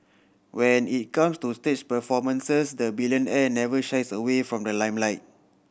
when it comes to stage performances the billionaire never shies away from the limelight